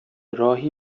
راهی